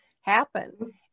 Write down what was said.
happen